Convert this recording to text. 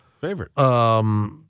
Favorite